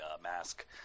mask